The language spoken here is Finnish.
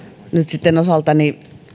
sitten osaltani